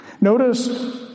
Notice